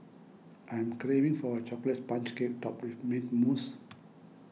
I'm craving for a Chocolate Sponge Cake Topped with Mint Mousse